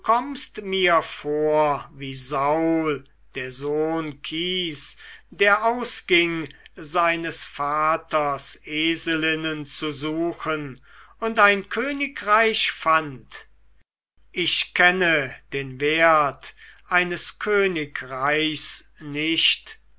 mir vor wie saul der sohn kis der ausging seines vaters eselinnen zu suchen und ein königreich fand ich kenne den wert eines königreichs nicht